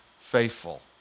faithful